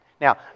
Now